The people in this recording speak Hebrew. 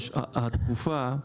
התקופה.